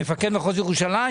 מפקד מחוז ירושלים?